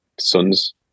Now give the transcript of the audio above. son's